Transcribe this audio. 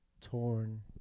torn